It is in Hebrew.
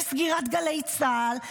כמו סגירת גלי צה"ל,